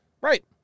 right